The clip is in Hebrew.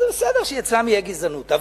אז זה בסדר שאצלם תהיה גזענות.